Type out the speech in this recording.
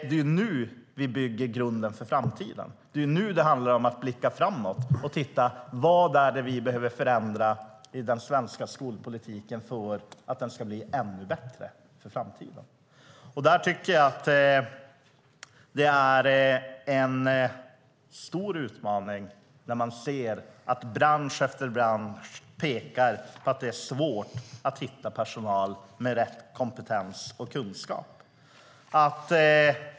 Det är nu vi bygger grunden för framtiden. Det handlar om att blicka framåt och titta på vad vi behöver förändra i den svenska skolpolitiken för att den ska bli ännu bättre. Det är en stor utmaning när bransch efter bransch pekar på att man har svårt att hitta personal med rätt kompetens och kunskap.